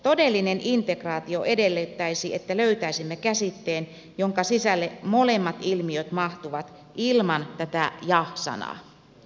todellinen integraatio edellyttäisi että löytäisimme käsitteen jonka sisälle molemmat ilmiöt mahtuvat ilman tätä ja sanaa